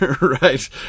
right